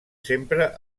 sempre